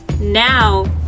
now